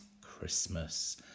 Christmas